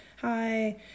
hi